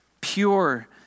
pure